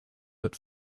but